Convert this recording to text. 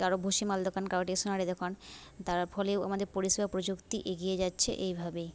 কারো ভুসি মাল দোকান কারো টেশনারি দোকান তার ফলেও আমাদের পরিষেবা প্রযুক্তি এগিয়ে যাচ্ছে এইভাবেই